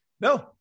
No